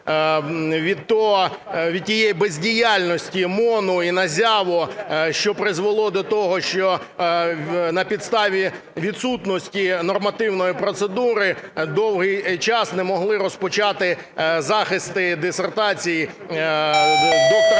від тієї бездіяльності МОНу і НАЗЯВО, що призвело до того, що на підставі відсутності нормативної процедури довгий час не могли розпочати захисти дисертації доктора